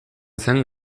zen